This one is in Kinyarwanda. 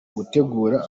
gutegura